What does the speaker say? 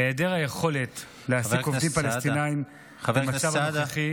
היעדר היכולת להעסיק עובדים פלסטינים במצב הנוכחי